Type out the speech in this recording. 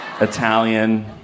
Italian